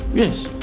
yes.